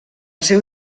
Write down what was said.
seu